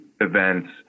events